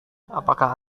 apakah